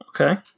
Okay